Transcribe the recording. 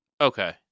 Okay